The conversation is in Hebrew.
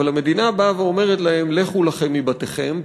אבל המדינה באה ואומרת להם: לכו לכם מבתיכם,